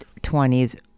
20s